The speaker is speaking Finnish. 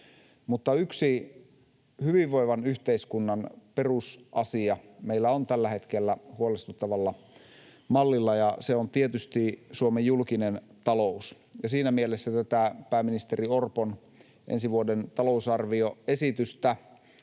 Mutta yksi hyvinvoivan yhteiskunnan perusasia meillä on tällä hetkellä huolestuttavalla mallilla, ja se on tietysti Suomen julkinen talous. Siinä mielessä tätä pääministeri Orpon ensi vuoden talousarvioesitystä